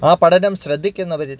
ആ പഠനം ശ്രദ്ധിക്കുന്നവരിൽ